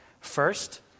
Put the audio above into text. First